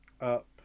Up